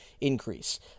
increase